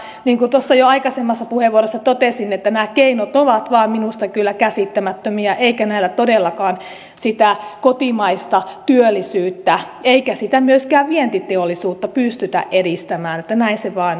niin kuin tuossa jo aikaisemmassa puheenvuorossa totesin nämä keinot vaan ovat minusta kyllä käsittämättömiä eikä näillä todellakaan sitä kotimaista työllisyyttä eikä myöskään sitä vientiteollisuutta pystytä edistämään näin se vaan on